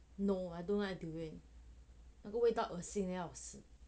no I don't like durian 那个味道恶心的要死